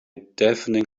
deafening